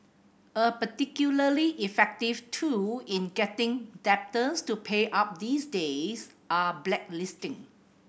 a particularly effective tool in getting debtors to pay up these days are blacklisting